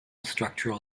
structural